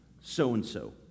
so-and-so